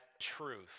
truth